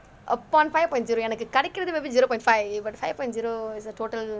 upon five point zero எனக்கு கிடைக்கிறது:enakku kidaikirathu maybe zero point five but five point zero is the total